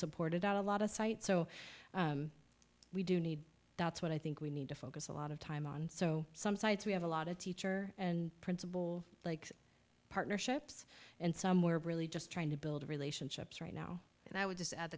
supported on a lot of sites so we do need that's what i think we need to focus a lot of time on so some sites we have a lot of teacher and principal like partnerships and somewhere briley just trying to build relationships right now and i would just add